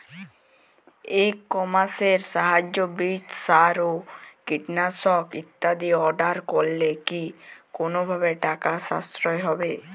ই কমার্সের সাহায্যে বীজ সার ও কীটনাশক ইত্যাদি অর্ডার করলে কি কোনোভাবে টাকার সাশ্রয় হবে?